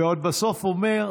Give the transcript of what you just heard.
ועוד בסוף אומר: